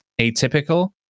atypical